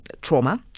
trauma